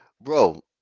Bro